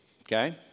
Okay